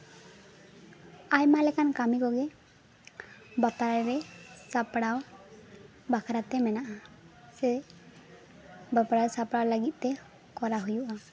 ᱟᱭᱢᱟ ᱞᱮᱠᱟᱱ ᱠᱟᱹᱢᱤ ᱠᱚᱜᱮ ᱵᱟᱯᱞᱟ ᱨᱮ ᱥᱟᱯᱲᱟᱣ ᱵᱟᱠᱷᱨᱟᱛᱮ ᱢᱮᱱᱟᱜᱼᱟ ᱥᱮ ᱵᱟᱯᱞᱟ ᱨᱮ ᱥᱟᱯᱲᱟᱣ ᱞᱟᱹᱜᱤᱫᱛᱮ ᱠᱚᱨᱟᱣ ᱦᱩᱭᱩᱜᱼᱟ